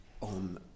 on